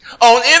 On